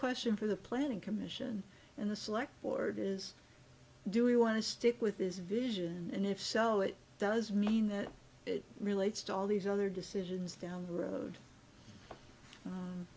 question for the planning commission and the select board is do you want to stick with this vision and if so it does mean that it relates to all these other decisions down the road